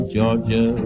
Georgia